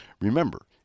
Remember